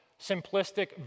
simplistic